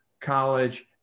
college